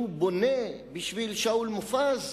שהוא בונה בשביל שאול מופז,